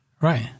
Right